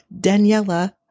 Daniela